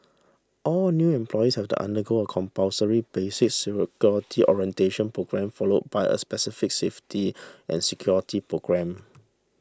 all new employees have to undergo a compulsory basic security orientation programme follow by a specific safety and security programme